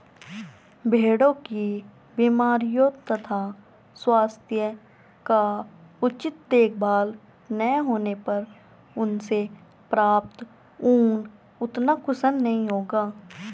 भेड़ों की बीमारियों तथा स्वास्थ्य का उचित देखभाल न होने पर उनसे प्राप्त ऊन उतना कुशल नहीं होगा